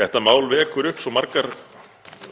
Þetta mál vekur upp svo margar spurningar